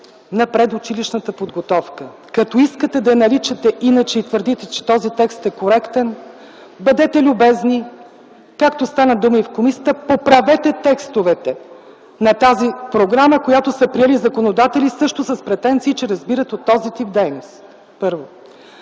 на предучилищната подготовка. Като искате да я наричате иначе и твърдите, че този текст е коректен, бъдете любезни, както стана дума и в комисията, поправете текстовете на тази програма, която са приели законодатели също с претенции, че разбират от този тип дейност. Първо,